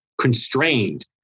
constrained